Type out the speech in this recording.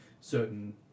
certain